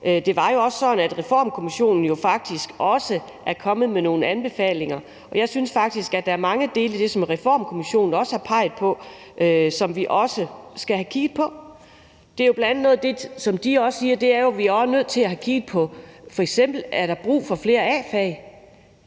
Det er jo også sådan, at Reformkommissionen faktisk er kommet med nogle anbefalinger, og jeg synes, at der er mange dele i det, som Reformkommissionen har peget på, som vi også skal have kigget på. Noget af det, som de jo bl.a. også siger, er, at vi også er nødt til at få kigget på, om der f.eks. er brug for flere A-fag.